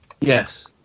Yes